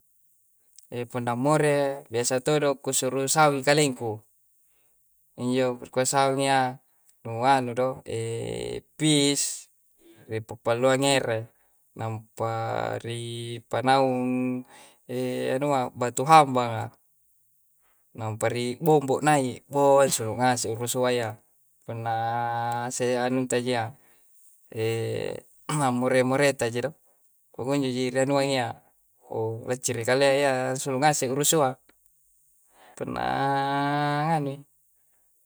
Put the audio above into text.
punna more biasa todon' kusuru sawi kalingku, injo kuswanginya nu anu do piss reppo palua ngere nampa ri' panaung anuwa battu hammbala. Nampari' bombo naik boo surungase urusuwaya, kunna se' anu tajiya lamorre morre ta'jil, pokonjo ji narua ngiya oo ra'ci kaleya sulu ngase uru sua. Punnaa nganu i'